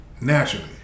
naturally